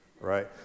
right